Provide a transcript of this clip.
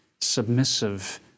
submissive